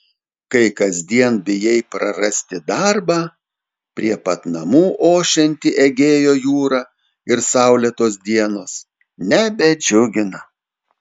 kai kasdien bijai prarasti darbą prie pat namų ošianti egėjo jūra ir saulėtos dienos nebedžiugina